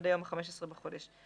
עד היום ה-15 בחודש.